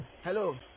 Hello